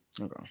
Okay